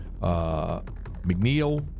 McNeil